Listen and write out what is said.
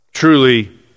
Truly